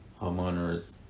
homeowners